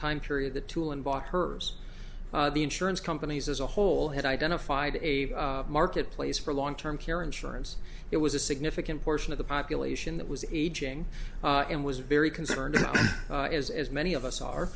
time period the tool and bought her the insurance companies as a whole had identified a marketplace for long term care insurance it was a significant portion of the population that was aging and was very concerned as as many of us